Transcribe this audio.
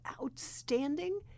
outstanding